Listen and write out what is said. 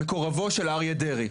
מקורבו של אריה דרעי.